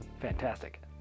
Fantastic